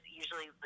usually